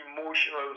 emotional